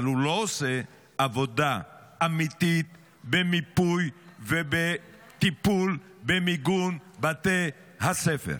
אבל הוא לא עושה עבודה אמיתית במיפוי ובטיפול במיגון בתי הספר.